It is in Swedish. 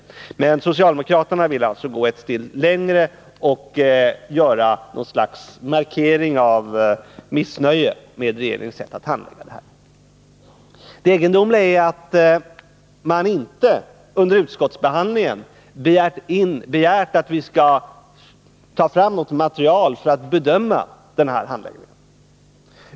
Men socialdemokraterna vill gå ett steg längre och göra något slags markering av missnöje med regeringens sätt att handlägga denna fråga. Det egendomliga är att man inte under utskottsbehandlingen begärt att det skall tas fram något material för bedömning av denna handläggning.